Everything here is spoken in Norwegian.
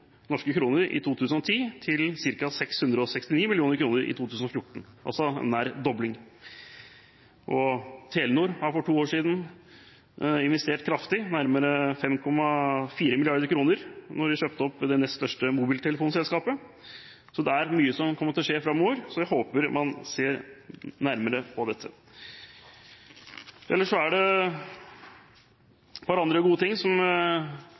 i 2010 til ca. 669 mill. kr i 2014, altså nær en dobling. Telenor investerte for to år siden kraftig, nærmere 5,4 mrd. kr, da de kjøpte opp det nest største mobiltelefonselskapet. Mye kommer til å skje framover, så jeg håper man ser nærmere på dette. Ellers er det et par andre gode ting statsråden nevnte, bl.a. at det skal opprettes et EU-fond, som